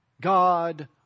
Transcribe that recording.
God